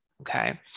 okay